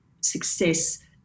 success